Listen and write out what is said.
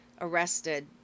arrested